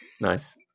Nice